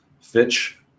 Fitch